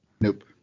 Nope